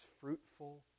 fruitful